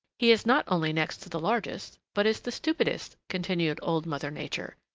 he is not only next to the largest, but is the stupidest, continued old mother nature.